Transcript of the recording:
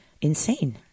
insane